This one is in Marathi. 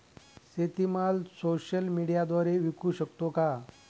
शेतीमाल सोशल मीडियाद्वारे विकू शकतो का?